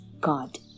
God